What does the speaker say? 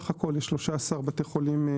יש 4 מחוברים,